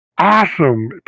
awesome